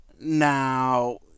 Now